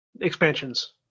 Expansions